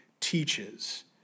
teaches